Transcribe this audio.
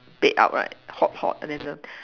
baked out right hot hot there's a